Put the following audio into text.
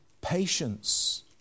patience